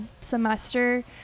semester